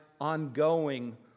ongoing